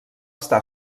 està